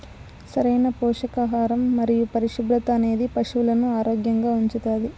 సరైన పోషకాహారం మరియు పరిశుభ్రత అనేది పశువులను ఆరోగ్యంగా ఉంచుతాది